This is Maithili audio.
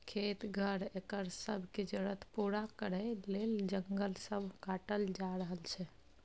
खेत, घर, एकर सब के जरूरत पूरा करइ लेल जंगल सब काटल जा रहल छै